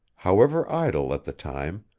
however idle at the time,